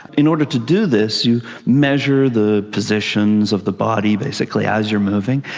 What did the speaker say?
in order to do this you measure the positions of the body, basically, as you're moving.